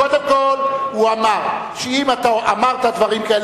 קודם כול הוא אמר שאם אתה אמרת דברים כאלה,